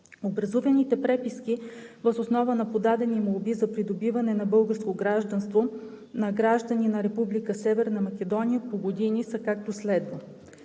Образуваните преписки въз основа на подадени молби за придобиване на българско гражданство на граждани на Република Северна Македония по години са, както следва: